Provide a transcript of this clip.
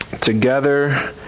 Together